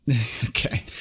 Okay